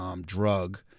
drug